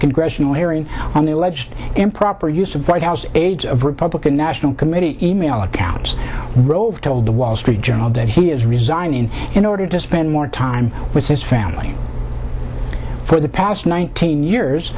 congressional hearing on the alleged improper use of white house aides of republican national committee e mail accounts rove told the wall street journal that he is resigning in order to spend more time with his family for the past nineteen years